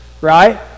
right